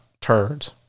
turds